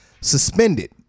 Suspended